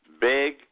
Big